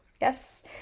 Yes